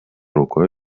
рукой